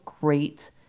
great